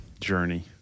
journey